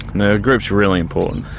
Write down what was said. the group is really important,